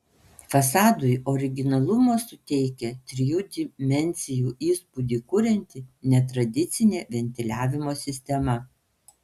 fasadui originalumo suteikia trijų dimensijų įspūdį kurianti netradicinė ventiliavimo sistema